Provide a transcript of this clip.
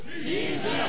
Jesus